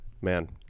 Man